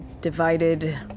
divided